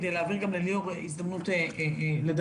כדי להעביר גם לליאור הזדמנות לדבר.